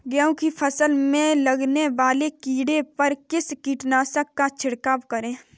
गेहूँ की फसल में लगने वाले कीड़े पर किस कीटनाशक का छिड़काव करें?